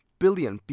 billion